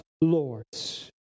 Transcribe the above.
Lords